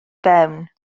fewn